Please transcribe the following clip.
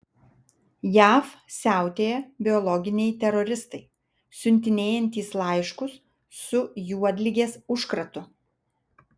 jav siautėja biologiniai teroristai siuntinėjantys laiškus su juodligės užkratu